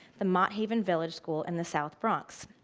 the mott haven village school in the south bronx.